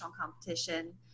competition